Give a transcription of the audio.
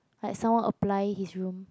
like someone apply his room